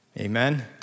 Amen